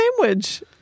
sandwich